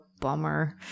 bummer